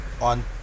on